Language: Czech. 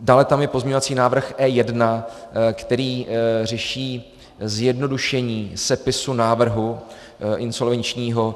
Dále tam je pozměňovací návrh E1, který řeší zjednodušení sepisu návrhu insolvenčního.